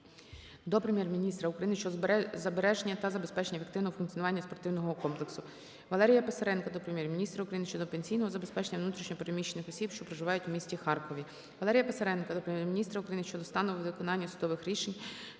до Прем'єр-міністра України щодо збереження та забезпечення ефективного функціонування спортивного комплексу. Валерія Писаренка до Прем'єр-міністра України щодо пенсійного забезпечення внутрішньо переміщених осіб що проживають в місті Харкові. Валерія Писаренка до Прем'єр-міністра України щодо стану виконання судових рішень,